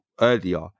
earlier